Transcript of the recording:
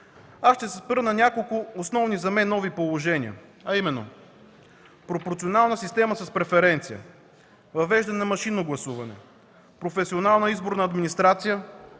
Ще се спра на няколко основни нови положения: пропорционална система с преференция, въвеждане на машинно гласуване, професионална изборна администрация,